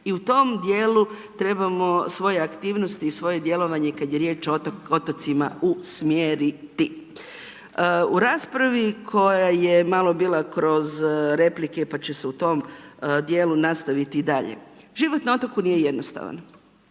i u tom djelu trebamo svoje aktivnosti i svoje djelovanje kad je riječ o otocima usmjeriti. U raspravi koja je malo bila kroz replike pa će se u tom djelu nastaviti i dalje. Život na otoku nije jednostavan,